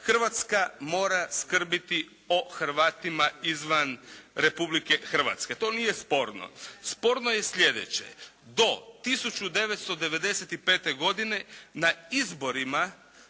Hrvatska mora skrbiti o Hrvatima izvan Republike Hrvatske. To nije sporno. Sporno je slijedeće. Do 1995. godine na izborima